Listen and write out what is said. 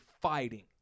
fighting